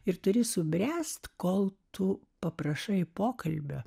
ir turi subręsti kol tu paprašai pokalbio